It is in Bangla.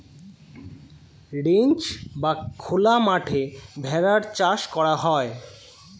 রেঞ্চ বা খোলা মাঠে ভেড়ার চাষ করা হয়